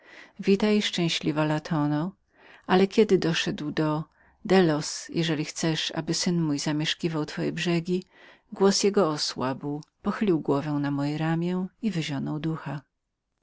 witaj szczęśliwa latono ale zaledwie doszedł do delos jeżeli chcesz aby syn mój zamieszkiwał twoje brzegi głos jego osłabł pochylił głowę na moję ramię i wyzionął ducha